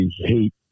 hate